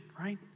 right